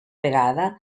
vegada